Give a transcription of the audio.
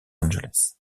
angeles